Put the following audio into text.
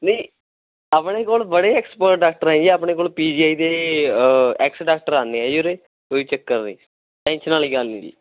ਨਹੀਂ ਆਪਣੇ ਕੋਲ ਬੜੇ ਐਕਸਪਰਟ ਡਾਕਟਰ ਹੈ ਜੀ ਆਪਣੇ ਕੋਲ਼ ਪੀ ਜੀ ਆਈ ਦੇ ਐਕਸ ਡਾਕਟਰ ਆਉਂਦੇ ਆ ਜੀ ਉਰੇ ਕੋਈ ਚੱਕਰ ਨਹੀਂ ਟੈਨਸ਼ਨ ਵਾਲੀ ਗੱਲ ਨਹੀਂ ਜੀ